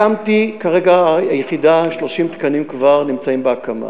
הקמתי כרגע יחידה, 30 תקנים כבר נמצאים בהקמה,